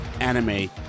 anime